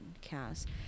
cast